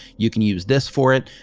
you can use this for it.